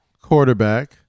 quarterback